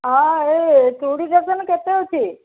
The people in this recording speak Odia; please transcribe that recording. ହଁ ଇଏ ଚୁଡ଼ି ଡଜନ୍ କେତେ ଅଛି